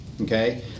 okay